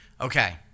Okay